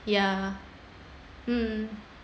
ya mmhmm